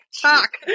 Talk